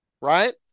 right